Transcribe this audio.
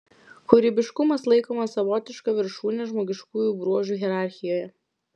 kūrybiškumas laikomas savotiška viršūne žmogiškųjų bruožų hierarchijoje